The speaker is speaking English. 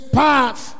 path